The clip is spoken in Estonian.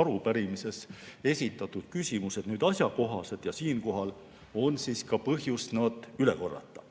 arupärimises esitatud küsimused asjakohased ja siinkohal on ka põhjust nad üle korrata.